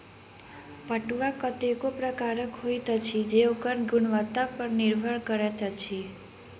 पटुआ कतेको प्रकारक होइत अछि जे ओकर गुणवत्ता पर निर्भर करैत अछि